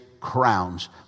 crowns